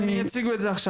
הם יציגו את זה עכשיו.